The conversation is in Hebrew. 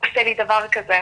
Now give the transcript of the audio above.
עושה לי דבר כזה,